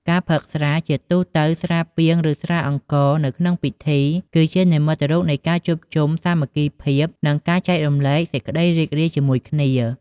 ការផឹកស្រា ជាទូទៅស្រាពាង ឬស្រាអង្ករ នៅក្នុងពិធី គឺជានិមិត្តរូបនៃការជួបជុំ សាមគ្គីភាព និងការចែករំលែកសេចក្តីរីករាយជាមួយគ្នា។